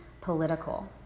political